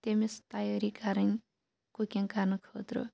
تٔمِس تَیٲری کَرٕنۍ کُکِنٛگ کَرنہٕ خٲطرٕ